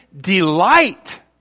delight